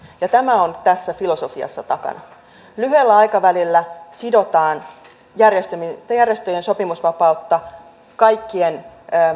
ja tämä on tässä filosofiassa takana lyhyellä aikavälillä sidotaan järjestöjen sopimusvapautta kaikkien